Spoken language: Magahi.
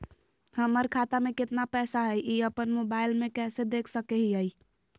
हमर खाता में केतना पैसा हई, ई अपन मोबाईल में कैसे देख सके हियई?